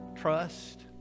trust